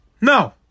No